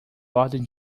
ordem